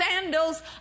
sandals